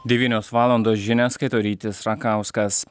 devynios valandos žinias skaito rytis rakauskas